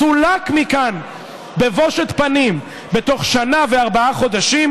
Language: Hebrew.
סולק מכאן בבושת פנים בתוך שנה וארבעה חודשים,